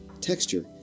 texture